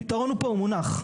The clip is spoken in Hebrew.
הפתרון הוא פה, הוא מונח.